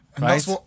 right